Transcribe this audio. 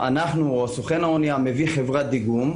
הסוכן האנייה מביא חברת דיגום.